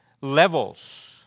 levels